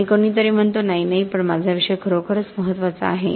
आणि कोणीतरी म्हणतो नाही नाही पण माझा विषय खरोखरच महत्त्वाचा आहे